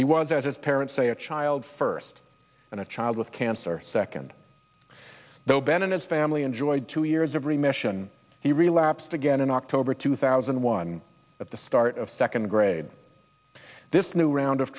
he was that his parents say a child first and a child with cancer second though ben and his family enjoyed two years of remission he relapsed again in october two thousand and one of the start of second grade this new round of